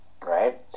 right